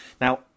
Now